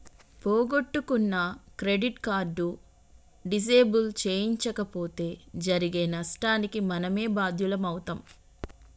పోగొట్టుకున్న credit card disable చేయించకపోతే జరిగే నష్టానికి మనమే బాధ్యులమవుతం